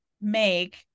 make